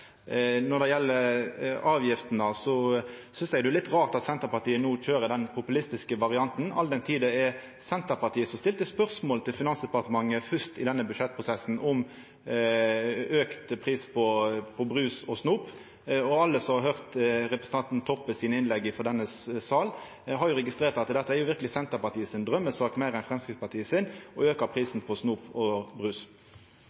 Når det gjeld avgiftene, synest eg det er litt rart at Senterpartiet no køyrer den populistiske varianten, all den tid det var Senterpartiet som stilte spørsmål til Finansdepartementet fyrst i denne budsjettprosessen, om auka pris på brus og snop. Alle som har høyrt representanten Toppe sine innlegg frå denne salen, har jo registrert at det å auka prisen på snop og brus verkeleg er draumesaka til Senterpartiet, meir enn til Framstegspartiet.